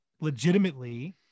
legitimately